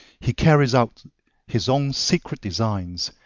he carries out his own secret designs,